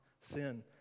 sin